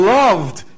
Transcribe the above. loved